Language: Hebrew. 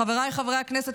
חבריי חברי הכנסת,